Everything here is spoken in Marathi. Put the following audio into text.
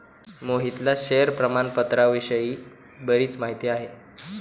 मोहितला शेअर प्रामाणपत्राविषयी बरीच माहिती आहे